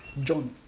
John